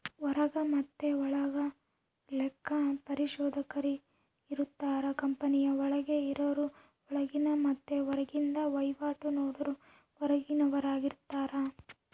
ಹೊರಗ ಮತೆ ಒಳಗ ಲೆಕ್ಕ ಪರಿಶೋಧಕರಿರುತ್ತಾರ, ಕಂಪನಿಯ ಒಳಗೆ ಇರರು ಒಳಗಿನ ಮತ್ತೆ ಹೊರಗಿಂದ ವಹಿವಾಟು ನೋಡರು ಹೊರಗಿನವರಾರ್ಗಿತಾರ